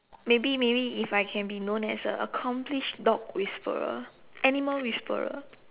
maybe maybe if I can be known as a accomplished dog whisperer animal whisperer